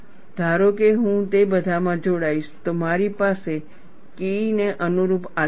ધારો કે હું તે બધામાં જોડાઈશ તો મારી પાસે Ke ને અનુરૂપ આલેખ છે